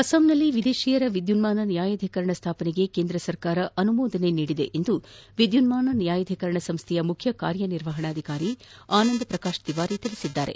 ಅಸ್ಲಾಂನಲ್ಲಿ ವಿದೇಶಿಯರ ವಿದ್ಯುನ್ಮಾನ ನ್ಯಾಯಾಧೀಕರಣ ಸ್ಥಾಪನೆಗೆ ಕೇಂದ್ರ ಸರ್ಕಾರ ಅನುಮೋದನೆ ನೀಡಿದೆ ಎಂದು ವಿದ್ಯುನ್ಮಾನ ನ್ಯಾಯಾಧೀಕರಣ ಸಂಸ್ಥೆಯ ಮುಖ್ಯ ಕಾರ್ಯನಿರ್ವಹಣಾಧಿಕಾರಿ ಆನಂದ್ ಪ್ರಕಾಶ್ ತಿವಾರಿ ಹೇಳಿದ್ದಾರೆ